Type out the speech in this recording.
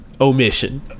omission